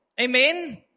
Amen